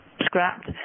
scrapped